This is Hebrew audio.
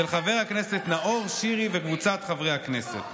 של חבר הכנסת נאור שירי וקבוצת חברי הכנסת.